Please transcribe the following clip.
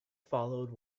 followed